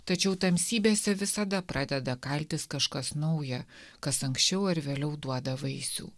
tačiau tamsybėse visada pradeda kaltis kažkas nauja kas anksčiau ar vėliau duoda vaisių